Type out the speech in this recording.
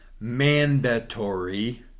mandatory